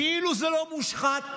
כאילו זה לא מושחת,